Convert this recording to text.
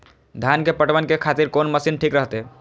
धान के पटवन के खातिर कोन मशीन ठीक रहते?